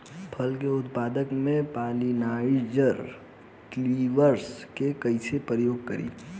फल के उत्पादन मे पॉलिनाइजर कल्टीवर्स के कइसे प्रयोग करी?